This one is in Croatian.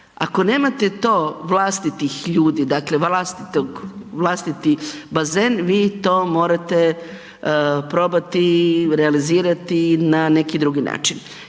Ako nemate to vlastitih ljudi, dakle vlastiti bazen, vi to morate probati realizirati na neki drugi način.